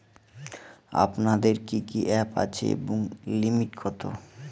আপনাদের কি কি অ্যাপ আছে এবং লিমিট কত?